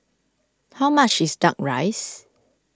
how much is Duck Rice